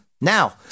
Now